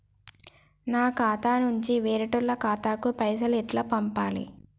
నా ఖాతా నుంచి వేరేటోళ్ల ఖాతాకు పైసలు ఎట్ల పంపాలే?